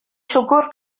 siwgr